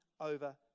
over